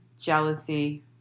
jealousy